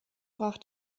brach